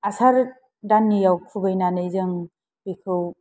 आसार दानिनाव खुबैनानै जों बेखौ